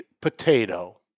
potato